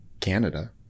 Canada